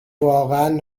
واقعا